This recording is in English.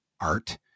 art